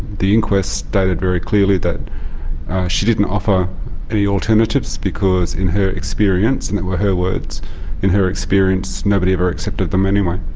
the inquest, stated very clearly that she didn't offer any alternatives because in her experience and that were her words in her experience, nobody ever accepted them anyway.